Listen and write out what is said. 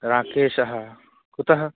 राकेशः कुतः